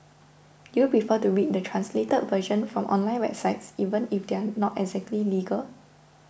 do you prefer to read the translated version from online websites even if they are not exactly legal